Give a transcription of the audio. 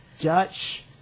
Dutch